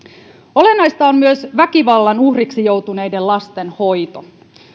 olennaista on myös väkivallan uhriksi joutuneiden lasten hoito